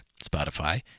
Spotify